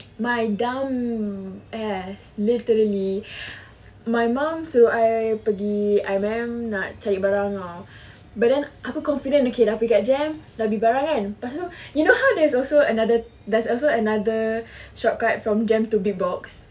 my dumb ass literally my mum suruh I pergi I_M_M nak cari barang [tau] but then aku confident dah pergi kat JEM dah beli barang kan pastu you know how there is also another there's also another shortcut from JEM to be big box